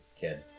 kid